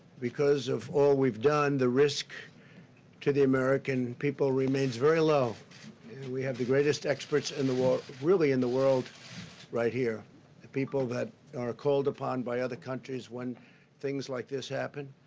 because of all we've done the risk to the american people remains very low, and we have the greatest experts in the world, really in the world right here, the people that are called upon by other countries when things like this happen.